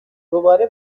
دوباره